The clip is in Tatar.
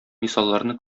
мисалларны